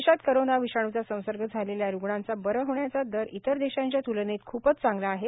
देशात कोरोना विषाणूचा संसर्ग झालेल्या रुग्णांचा बरे होण्याचा दर इतर देशांच्या तुलनेत खूपच चांगला आहे